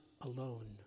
alone